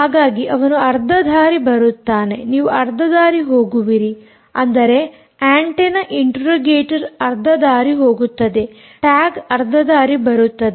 ಹಾಗಾಗಿ ಅವನು ಅರ್ಧ ದಾರಿ ಬರುತ್ತಾನೆ ನೀವು ಅರ್ಧ ದಾರಿ ಹೋಗುವಿರಿ ಅಂದರೆ ಆಂಟೆನ್ನ ಇಂಟೆರೋಗೇಟರ್ ಅರ್ಧ ದಾರಿ ಹೋಗುತ್ತದೆ ಟ್ಯಾಗ್ ಅರ್ಧ ದಾರಿ ಬರುತ್ತದೆ